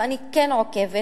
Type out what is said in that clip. ואני כן עוקבת,